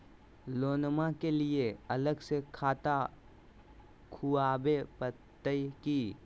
लोनमा के लिए अलग से खाता खुवाबे प्रतय की?